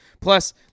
Plus